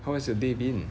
how has your day been